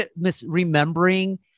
misremembering